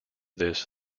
this